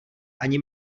ani